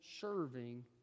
serving